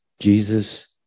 Jesus